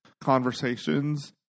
conversations